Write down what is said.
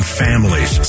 families